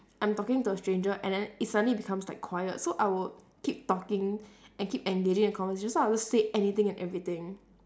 I'm talking to a stranger and then it suddenly becomes like quiet so I would keep talking and keep engaging the conversation so I would say anything and everything